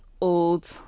old